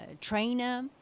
trainer